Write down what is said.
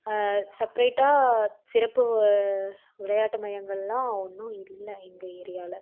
செப்ரேட்டாக சிறப்பு விளையாட்டு மையங்கள்லாம் ஒன்றும் இல்லை எங்கள் ஏரியாவில்